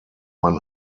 man